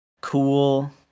cool